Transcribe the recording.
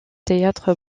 théâtre